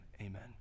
Amen